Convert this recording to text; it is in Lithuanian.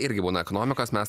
irgi būna ekonomikos mes